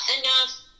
enough